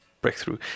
breakthrough